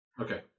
Okay